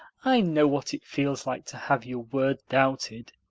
i know what it feels like to have your word doubted.